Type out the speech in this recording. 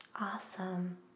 Awesome